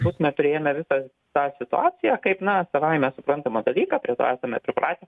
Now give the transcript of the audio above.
būtume priėmę visą tą situaciją kaip na savaime suprantamą dalyką prie to esame pripratę